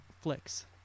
flicks